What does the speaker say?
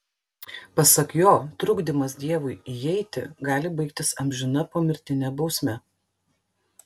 pasak jo trukdymas dievui įeiti gali baigtis amžina pomirtine bausme